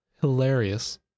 hilarious